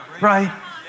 right